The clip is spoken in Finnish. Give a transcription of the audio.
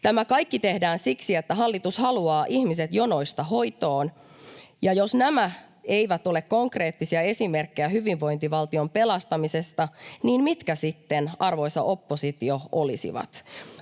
Tämä kaikki tehdään siksi, että hallitus haluaa ihmiset jonoista hoitoon. Jos nämä eivät ole konkreettisia esimerkkejä hyvinvointivaltion pelastamisesta, niin mitkä sitten, arvoisa oppositio, olisivat?